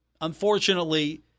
Unfortunately